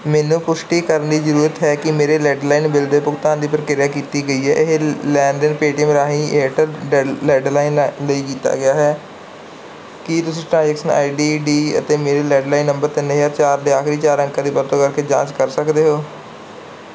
ਮੈਨੂੰ ਪੁਸ਼ਟੀ ਕਰਨ ਦੀ ਜ਼ਰੂਰਤ ਹੈ ਕਿ ਮੇਰੇ ਲੈਡਲਾਈਨ ਬਿੱਲ ਦੇ ਭੁਗਤਾਨ ਦੀ ਪ੍ਰਕਿਰਿਆ ਕੀਤੀ ਗਈ ਹੈ ਇਹ ਲੈਣ ਦੇਣ ਪੇਟੀਐੱਮ ਰਾਹੀਂ ਏਅਰਟੈੱਲ ਲੈੱ ਲੈਡਲਾਈਨ ਲਈ ਕੀਤਾ ਗਿਆ ਹੈ ਕੀ ਤੁਸੀਂ ਟ੍ਰਾਂਜੈਕਸ਼ਨ ਆਈ ਡੀ ਡੀ ਅਤੇ ਮੇਰੇ ਲੈਡਲਾਈਨ ਨੰਬਰ ਤਿੰਨ ਹਜ਼ਾਰ ਚਾਰ ਦੇ ਆਖਰੀ ਚਾਰ ਅੰਕਾਂ ਦੀ ਵਰਤੋਂ ਕਰਕੇ ਜਾਂਚ ਕਰ ਸਕਦੇ ਹੋ